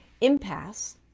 impasse